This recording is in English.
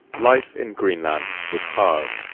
life in greenland was hard.